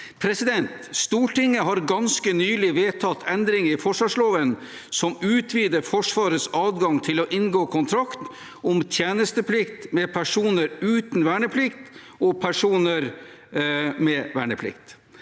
mv.) Stortinget har ganske nylig vedtatt endringer i forsvarsloven som utvider Forsvarets adgang til å inngå kontrakt om tjenesteplikt med personer uten verneplikt og personer med verneplikt.